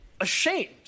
ashamed